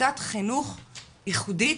שיטת חינוך ייחודית